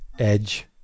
edge